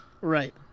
right